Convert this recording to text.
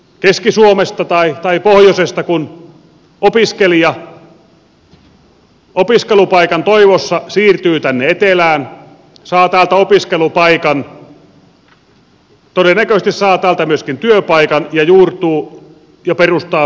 keski suomesta tai taipumisesta kun opiskelija opiskelupaikan toivossa siirtyy jostakin keski suomesta tai pohjoisesta tänne etelään ja saa täältä opiskelupaikan saa hän todennäköisesti täältä myöskin työpaikan ja juurtuu ja perustaa perheensä tänne